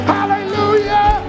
Hallelujah